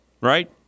Right